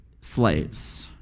slaves